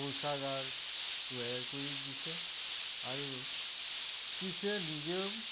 শৌচাগাৰ তৈয়াৰ কৰি দিছে আৰু কিছুৱে নিজেও